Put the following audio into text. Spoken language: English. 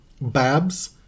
Babs